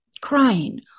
Crying